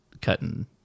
cutting